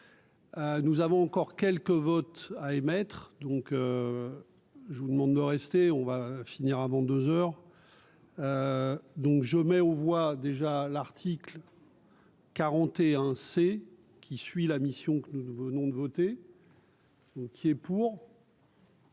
Nous avons encore quelques votes à émettre, donc je vous demande de rester, on va finir avant deux heures. Donc je mets aux voix déjà l'article. 41 c'est qui suit la mission que nous venons de voter. Qui est pour.